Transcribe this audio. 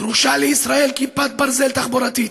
דרושה לישראל כיפת ברזל תחבורתית.